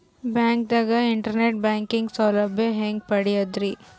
ಬ್ಯಾಂಕ್ದಾಗ internet banking ಸೌಲಭ್ಯ ಹೆಂಗ್ ಪಡಿಯದ್ರಿ?